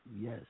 yes